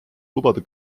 lubada